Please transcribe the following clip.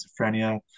Schizophrenia